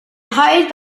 hurried